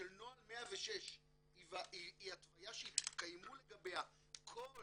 של נוהל 106 היא התוויה שיתקיימו לגביה כל